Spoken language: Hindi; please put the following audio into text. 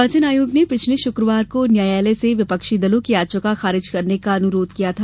निर्वाचन आयोग ने पिछले शुक्रवार को न्यायालय से विपक्षी दलों की याचिका खारिज करने का अनुरोध किया था